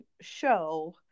show